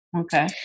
Okay